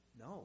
No